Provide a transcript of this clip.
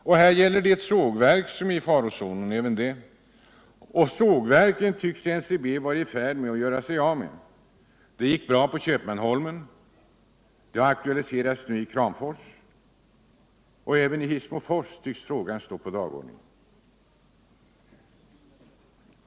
Även här gäller det ett sågverk som är i farzonen, och sågverk tycks NCB vara i färd att göra sig av med. Det gick bra med Köpmanholmen. Det aktualiseras nu i Kramfors. Även i Hissmofors tycks frågan stå på dagordningen.